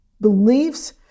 beliefs